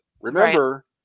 Remember